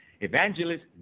evangelist